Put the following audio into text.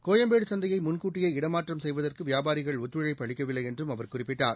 கோயம்பேடு சந்தையை முன்கூட்டியே இடமாற்றம் செய்வதற்கு வியாபாரிகள் ஒத்துழைப்பு அளிக்கவில்லை என்றும் அவர் குறிப்பிட்டார்